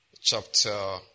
chapter